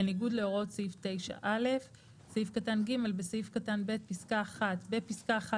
בניגוד להוראות סעיף 9(א); (ג)בסעיף קטן (ב) (1)בפסקה (1),